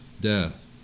death